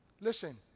Listen